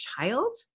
child